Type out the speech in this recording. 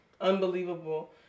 Unbelievable